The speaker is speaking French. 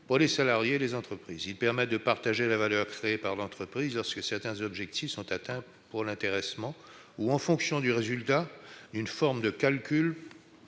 pour les salariés et les entreprises. Ils permettent de partager la valeur créée par l'entreprise, lorsque certains objectifs sont atteints, s'agissant de l'intéressement, ou en fonction du résultat d'une formule de calcul,